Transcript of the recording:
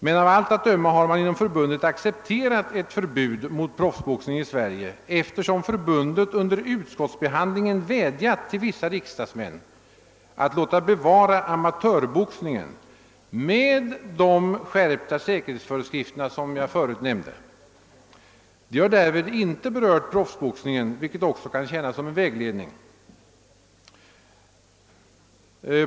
Men av allt att döma har man inom förbundet accepterat ett förbud mot proffsboxning i Sverige eftersom förbundet under utskottsbehandlingen vädjat till vissa riksdagsmän att låta bevara amatörboxningen med de skärpta säkerhetsföreskrifter jag förut nämnt. Förbundet har därvid inte berört proffsboxningen, vilket också kan tjäna till vägledning.